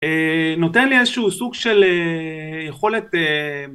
נותן לי איזשהו סוג של יכולת